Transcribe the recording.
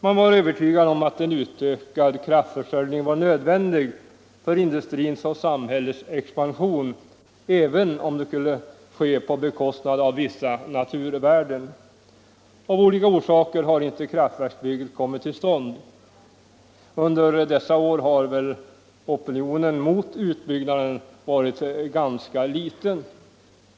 Man var övertygad om att en utökad kraftförsörjning var nödvändig för industrins och samhällets expansion, även om det skulle ske på bekostnad av vissa naturvärden. Av olika orsaker har kraftverksbygget inte kommit till stånd. Under dessa år har väl opinionen mot utbyggnaden varit ganska svag.